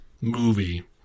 movie